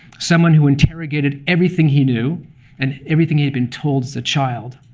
someone who interrogated everything he knew and everything he'd been told as a child.